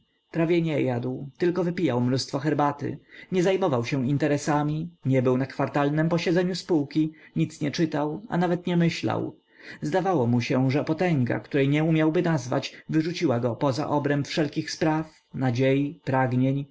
nie jadł tylko wypijał mnóstwo herbaty nie zajmował się interesami nie był na kwartalnem posiedzeniu spółki nic nie czytał a nawet nie myślał zdawało mu się że potęga której nie umiałby nazwać wyrzuciła go poza obręb wszelkich spraw nadziei pragnień